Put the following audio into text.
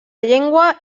llengua